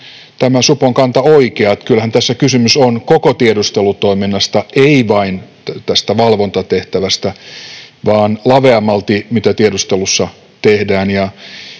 tämä supon kanta, oikea, eli kyllähän tässä kysymys on koko tiedustelutoiminnasta, ei vain tästä valvontatehtävästä vaan laveammalti, mitä tiedustelussa tehdään.